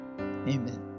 Amen